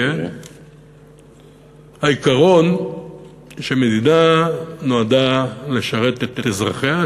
העיקרון שמדינה נועדה לשרת את אזרחיה,